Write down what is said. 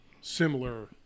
similar